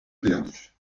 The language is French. perdues